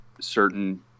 certain